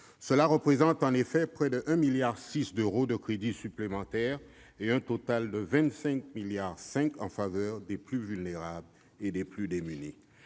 Cela représente en effet près de 1,6 milliard d'euros de crédits supplémentaires et un total de 25,5 milliards d'euros en faveur des plus vulnérables et des plus démunis.